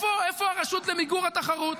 איפה הרשות למיגור התחרות?